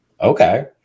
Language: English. Okay